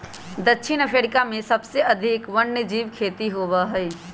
दक्षिण अफ्रीका में सबसे अधिक वन्यजीव खेती होबा हई